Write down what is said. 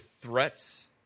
threats